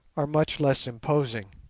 are much less imposing,